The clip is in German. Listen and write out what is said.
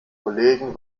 kollegen